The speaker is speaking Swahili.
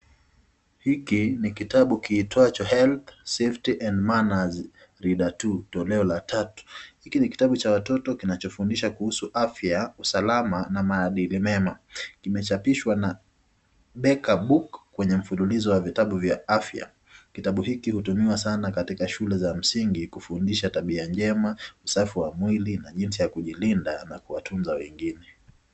Hiki ni kitabu kiitwacho Health ,Safety and Manners Reader 2 toleo la tatu. Hiki ni kitabu cha watoto, kinachofuindisha kuhusu afya, usalama na maadili mema. Imechapishwa na beka book kwenye mfululizo wa vitabu vya afya. Kitabu hiki hutumika sana katika shule za msingi, kufundisha tabia njema, usafi wa mwili na jinsi ya kujilinda na kuwatunza wengine.